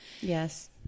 Yes